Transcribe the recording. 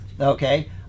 Okay